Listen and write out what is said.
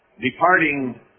departing